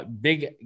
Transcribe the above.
big